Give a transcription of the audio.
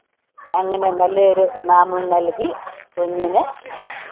അങ്ങനെ നല്ലെയൊരു നാമം നല്കി കുഞ്ഞിന്